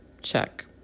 check